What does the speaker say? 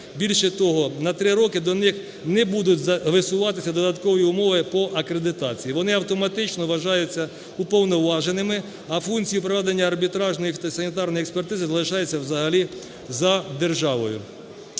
Більше того, на три роки до них не будуть висуватися додаткові умови по акредитації. Вони автоматично вважаються уповноваженими, а функція проведення арбітражної і фітосанітарної експертизи залишається взагалі за державою.